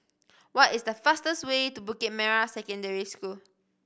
what is the fastest way to Bukit Merah Secondary School